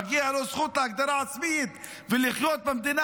מגיעה לו זכות להגדרה עצמית ולחיות במדינה